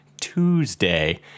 Tuesday